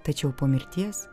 tačiau po mirties